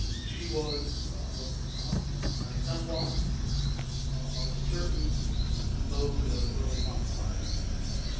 she was ah an exemplar of a certain mode of early islamic piety.